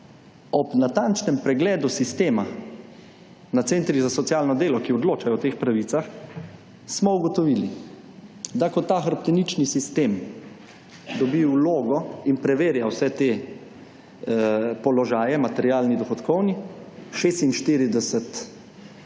ob natančnem pregledu sistema na centrih za socialno delo, ki odločajo o teh pravicah, smo ugotovili, da ko ta hrbtenični sistem dobi vlogo in preverja vse te položaje; materialni, dohodkovni, 46 približno